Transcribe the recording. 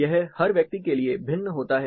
यह हर व्यक्ति के लिए भिन्न होता है